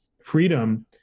freedom